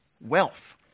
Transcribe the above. wealth